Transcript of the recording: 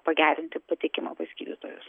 pagerinti patekimą pas gydytojus